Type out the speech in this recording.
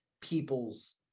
people's